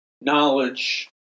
knowledge